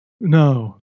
no